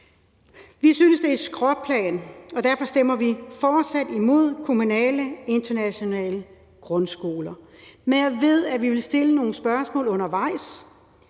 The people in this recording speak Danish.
Vi synes, at det er et skråplan, og derfor stemmer vi fortsat imod kommunale internationale grundskoler. Men vi vil stille nogle spørgsmål undervejs,